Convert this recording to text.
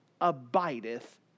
abideth